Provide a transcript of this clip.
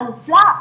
הנפלא,